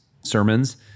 sermons